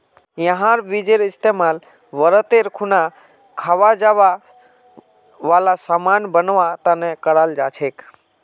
यहार बीजेर इस्तेमाल व्रतेर खुना खवा जावा वाला सामान बनवा तने कराल जा छे